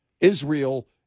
Israel